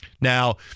now